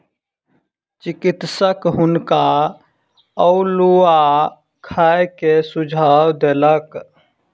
चिकित्सक हुनका अउलुआ खाय के सुझाव देलक